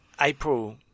April